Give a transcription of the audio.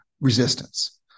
resistance